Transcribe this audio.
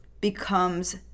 becomes